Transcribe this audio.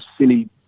silly